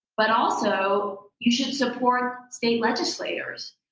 but also you should support state legislators,